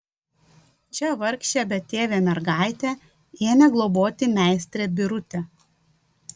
čia vargšę betėvę mergaitę ėmė globoti meistrė birutė